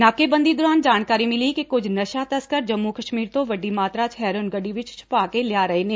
ਨਾਕੇਬੰਦੀ ਦੌਰਾਨ ਜਾਣਕਾਰੀ ਮਿਲੀ ਕਿ ਕੁਝ ਨਸ਼ਾ ਤਸਕਰ ਜੰਮੁ ਕਸ਼ਮੀਰ ਤੋ ਵੱਡੀ ਮਾਤਰਾ ਚ ਹੈਰੋਇਨ ਗੱਡੀ ਵਿਚ ਛਪਾ ਕੇ ਲਿਆ ਰਹੇ ਨੇ